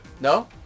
No